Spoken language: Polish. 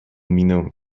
minę